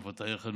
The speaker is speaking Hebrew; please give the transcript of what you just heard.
אף אתה היה חנון,